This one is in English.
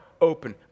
open